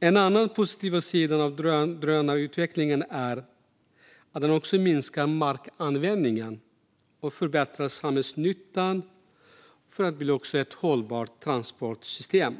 En annan positiv aspekt av drönarutvecklingen är att den minskar markanvändningen och förbättrar samhällsnyttan som ett hållbart transportsystem.